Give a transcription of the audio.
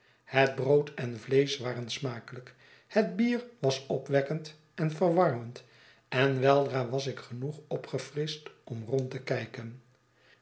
het brood en vleesch waren smakelijk het bier was opwekkend en verwarmend en weldra was ik genoeg opgefrischt om rond te kijken